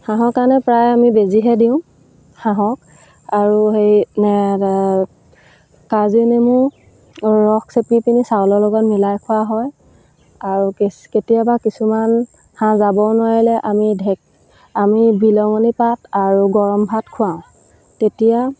হাঁহৰ কাৰণে প্ৰায় আমি বেজীহে দিওঁ হাঁহক আৰু সেই কাজি নেমু ৰস চেপি পিনি চাউলৰ লগত মিলাই খোৱা হয় আৰু কেতিয়াবা কিছুমান হাঁহ যাব নোৱাৰিলে আমি ঢেক আমি বিহলঙণি পাত আৰু গৰম ভাত খুৱাওঁ তেতিয়া